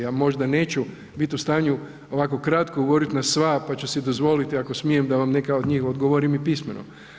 Ja možda neću biti u stanju ovako kratko govorit na sva, pa ću si dozvolit ako smijem da vam neka od njih odgovorim i pismeno.